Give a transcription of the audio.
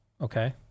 okay